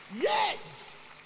Yes